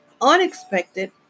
unexpected